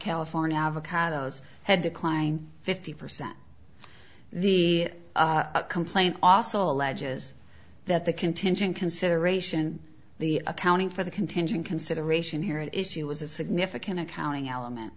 california avocados had declined fifty percent the complaint also alleges that the contingent consideration the accounting for the contingent consideration here it is she was a significant accounting element